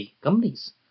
companies